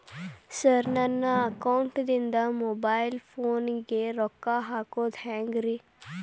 Sir ನನ್ನ ಅಕೌಂಟದಿಂದ mobile ಫೋನಿಗೆ ರೊಕ್ಕ ಹಾಕೋದು ಹೆಂಗ್ರಿ?